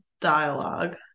dialogue